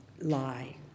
lie